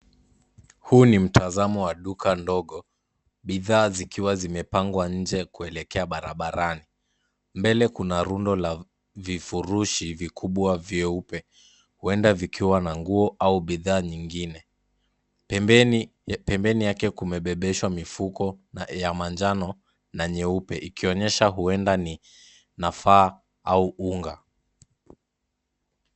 Huu ni mtazamo wa duka ndogo. Bidhaa zikiwa zimepangwa nje kuelekea barabarani mbele kuna rundo la vivurushi vikubwa vyeupe huenda vikiwa na nguo au bidhaa nyingine. Pembeni yake kumebebeshwa mifuko ya manjano na nyeupe ikionyesha huenda ni nafaa au unga.